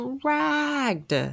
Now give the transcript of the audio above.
dragged